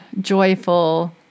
joyful